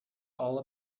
all